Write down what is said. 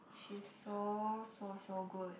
she's so so so good